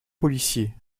policiers